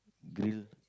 grill